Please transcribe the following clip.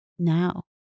now